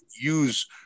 use